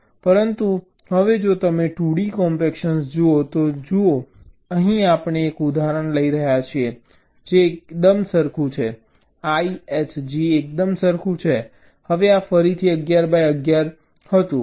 પરંતુ હવે જો તમે 2d કોમ્પેક્શન જુઓ તો જુઓ અહીં આપણે એક ઉદાહરણ લઈ રહ્યા છીએ જે એકદમ સરખું છે I H G એકદમ સરખું છે હવે આ ફરીથી 11 બાય 11 હતું